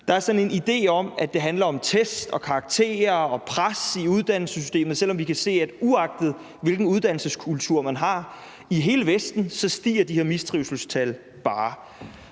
der er sådan en idé om, at det handler om test og karakterer og pres i uddannelsessystemet, selv om vi kan se, at uagtet hvilken uddannelseskultur man har i hele Vesten, stiger de her mistrivselstal bare.